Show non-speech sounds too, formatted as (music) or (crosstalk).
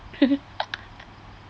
(laughs)